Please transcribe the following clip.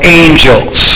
angels